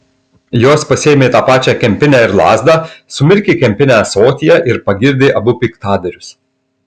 jos pasiėmė tą pačią kempinę ir lazdą sumirkė kempinę ąsotyje ir pagirdė abu piktadarius